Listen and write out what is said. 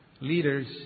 leaders